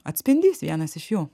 atspindys vienas iš jų